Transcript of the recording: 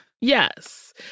Yes